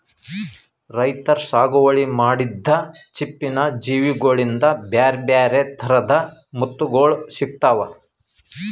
ರೈತರ್ ಸಾಗುವಳಿ ಮಾಡಿದ್ದ್ ಚಿಪ್ಪಿನ್ ಜೀವಿಗೋಳಿಂದ ಬ್ಯಾರೆ ಬ್ಯಾರೆ ಥರದ್ ಮುತ್ತುಗೋಳ್ ಸಿಕ್ತಾವ